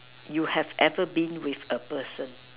you have ever been with a person